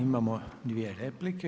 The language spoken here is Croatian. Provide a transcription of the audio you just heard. Imamo dvije replike.